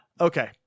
Okay